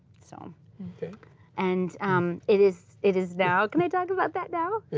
so and it is it is now can i talk about that now?